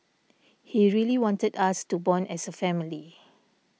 he really wanted us to bond as a family